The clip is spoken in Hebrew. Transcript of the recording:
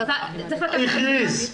הכריז.